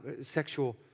sexual